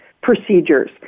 procedures